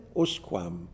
osquam